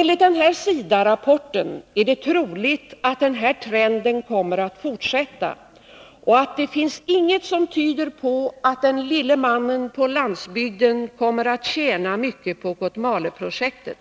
Enligt denna SIDA rapport är det troligt att den här trenden kommer att fortsätta, och ”det finns inget som tyder på att den lille mannen på landsbygden kommer att tjäna mycket på Kotmaleprojektet”.